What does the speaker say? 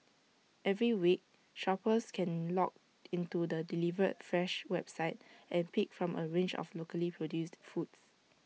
every week shoppers can log into the delivered fresh website and pick from A range of locally produced foods